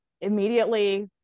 immediately